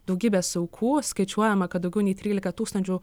daugybės aukų skaičiuojama kad daugiau nei trylika tūkstančių